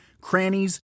crannies